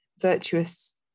virtuous